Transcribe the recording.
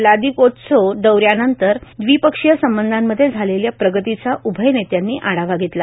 Vladivostok दौऱ्यानंतर दविपक्षीय संबधामध्ये झालेल्या प्रगतीचा उभय नेत्यांनी आढावा घेतला